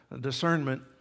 discernment